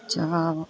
ಚಹಾ